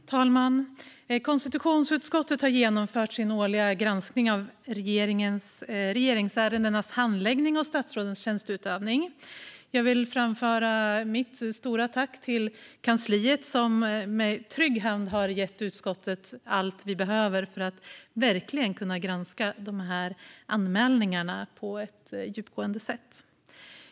Fru talman! Konstitutionsutskottet har genomfört sin årliga granskning av regeringsärendenas handläggning och statsrådens tjänsteutövning. Jag vill framföra mitt stora tack till kansliet, som med trygg hand har gett oss i utskottet allt vi behöver för att verkligen kunna granska anmälningarna på ett djupgående sätt.